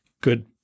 good